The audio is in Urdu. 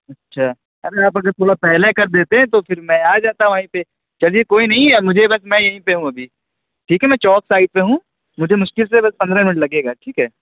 اچھا اگر آپ تھوڑا پہلے کر دیتے تو پھر میں آ جاتا وہیں پہ چلیے کوئی نہیں اب مجھے بس میں یہیں پہ ہوں ابھی ٹھیک ہے میں چوک سائٹ پہ ہوں مجھے مشکل سے دس پندرہ منٹ لگے گا ٹھیک ہے